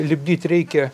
lipdyt reikia